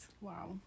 wow